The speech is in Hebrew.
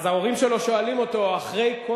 אז ההורים שלו שואלים אותו: אחרי כל